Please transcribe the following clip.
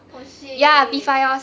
oh shit